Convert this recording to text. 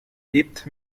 lebt